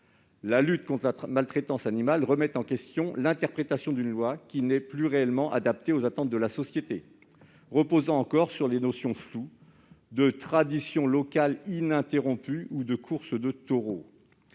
La lutte contre la maltraitance animale remet en question l'interprétation d'une loi qui n'est plus réellement adaptée aux attentes de la société et repose encore sur les notions floues de « traditions locales ininterrompues » ou de « courses de taureaux ».